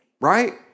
Right